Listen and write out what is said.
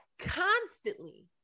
constantly